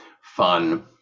fun